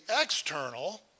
external